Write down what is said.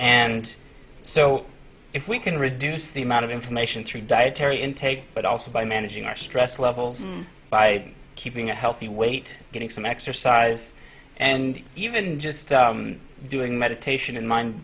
and so if we can reduce the amount of information through dietary intake but also by managing our stress levels by keeping a healthy weight getting some exercise and even just doing meditation in mind